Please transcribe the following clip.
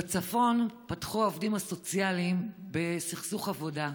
בצפון פתחו העובדים הסוציאליים בסכסוך עבודה.